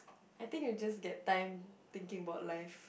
I think you just get time thinking about life